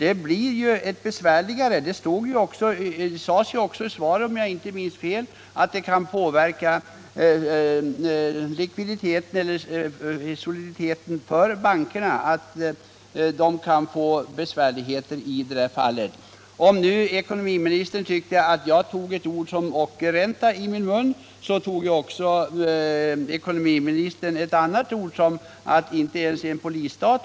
Ekonomiministern sade också i svaret att denna verksamhet kan påverka bankernas soliditet negativt. Ekonomiministern reagerade mot att jag tog ordet ockerränta i min mun, men ekonomiministern använde själv ordet polisstat.